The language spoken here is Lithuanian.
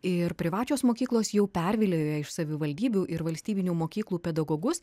ir privačios mokyklos jau pervilioja iš savivaldybių ir valstybinių mokyklų pedagogus